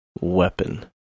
weapon